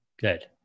good